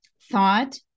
thought